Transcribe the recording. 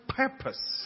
purpose